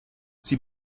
sie